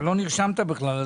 לא נרשמת בכלל.